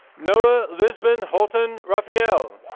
noah lisbon holton raphael.